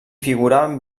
figuraven